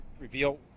reveal